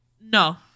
No